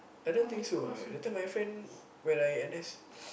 I don't think so ah that time my friend when I N_S